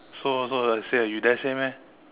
so so say like you dare say meh